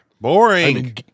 boring